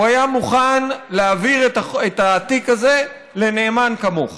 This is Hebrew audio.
הוא היה מוכן להעביר את התיק הזה לנאמן כמוך.